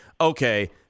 okay